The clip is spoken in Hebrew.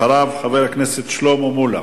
אחריו, חבר הכנסת שלמה מולה.